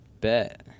Bet